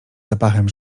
zapachem